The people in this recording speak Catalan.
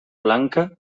blanca